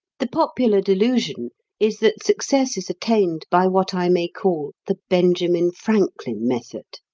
the popular delusion is that success is attained by what i may call the benjamin franklin method.